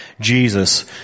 Jesus